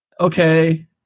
Okay